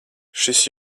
šis